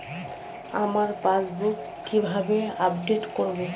আমার পাসবুক কিভাবে আপডেট করবো?